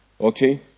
Okay